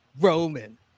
Roman